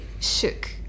shook